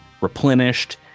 replenished